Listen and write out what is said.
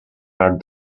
are